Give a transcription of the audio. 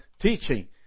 teaching